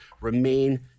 remain